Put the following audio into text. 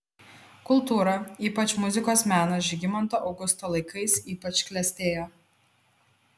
kultūra ypač muzikos menas žygimanto augusto laikais ypač klestėjo